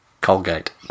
Colgate